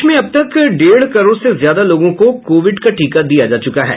देश में अब तक डेढ़ करोड़ से ज्यादा लोगों को कोविड का टीका दिया जा चुका है